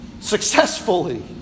successfully